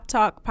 Talk